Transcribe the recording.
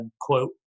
quote